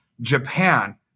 Japan